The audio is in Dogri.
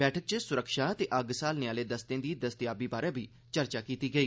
बैठक च सुरक्षा ते अग्ग स्हालने आले दस्तें दी दस्तेयाबी बारे बी चर्चा कीती गेई